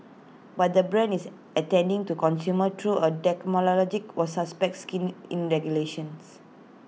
but the brand is attending to consumer through A was suspect skin in regulations